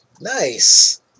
Nice